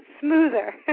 smoother